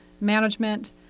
management